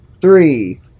three